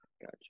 Gotcha